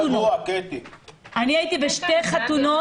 הייתי בשתי חתונות